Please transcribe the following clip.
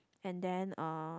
and then uh